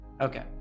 Okay